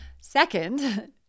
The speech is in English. Second